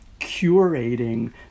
curating